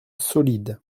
solide